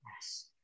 Yes